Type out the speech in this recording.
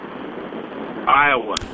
Iowa